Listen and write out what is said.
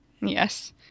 yes